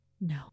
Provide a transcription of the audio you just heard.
no